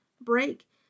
break